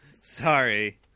Sorry